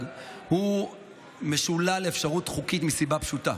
הוא משולל אפשרות חוקית מסיבה פשוטה.